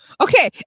Okay